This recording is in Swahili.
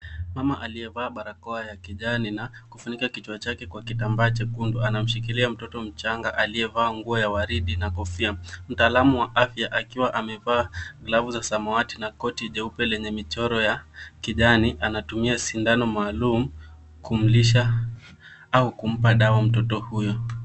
Mama aliyevaa barakoa ya kijani na kufunika kichwa chake kwa kitambaa chekundu anamshikiila mtoto mchanga aliyevaa nguo ya waridi na kofia. Mtaalamu wa afya akiwa amevaa glavu la samawati na koti jeupe lenye michoro ya kijani anatumia sindano maalum kumlisha au kumpa dawa mtoto huyo.